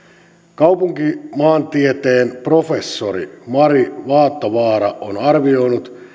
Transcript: kaupunkimaantieteen professori mari vaattovaara on arvioinut